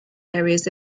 areas